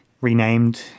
renamed